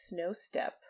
Snowstep